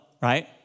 right